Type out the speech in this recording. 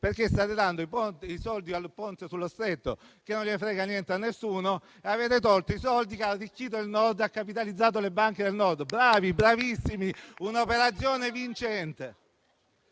perché state dando i soldi al Ponte sullo Stretto, di cui non frega niente a nessuno, e avete tolto i soldi che hanno arricchito il Nord, hanno capitalizzato le banche del Nord. Bravi, bravissimi, un'operazione vincente.